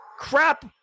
Crap